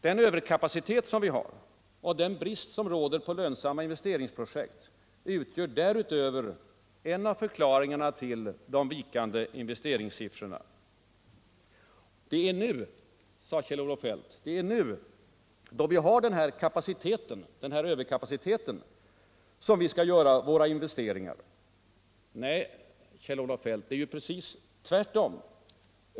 Den överkapacitet som vi har, och den brist som råder på lönsamma investeringsprojekt, utgör därutöver en av förklaringarna till de vikande investeringssiffrorna. Det är nu, sade Kjell-Olof Feldt, då vi har den här Ööverkapaciteten som vi skall göra våra investeringar. Nej, Kjell-Olof Feldt, det är precis tvärtom.